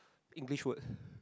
English word